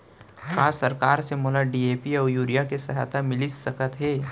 का सरकार से मोला डी.ए.पी अऊ यूरिया के सहायता मिलिस सकत हे?